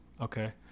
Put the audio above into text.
Okay